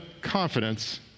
confidence